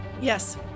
Yes